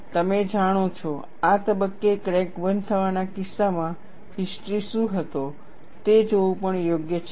તમે જાણો છો આ તબક્કે ક્રેક બંધ થવાના કિસ્સામાં હિસ્ટ્રી શું હતો તે જોવું પણ યોગ્ય છે